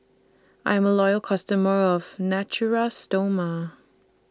I'm A Loyal customer of Natura Stoma